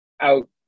out